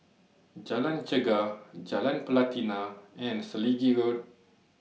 Jalan Chegar Jalan Pelatina and Selegie Road